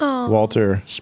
Walter